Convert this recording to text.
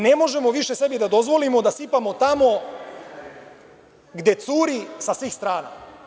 Ne možemo više sebi da dozvolimo da sipamo tamo gde curi sa svih strana.